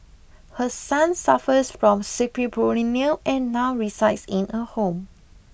her son suffers from schizophrenia and now resides in a home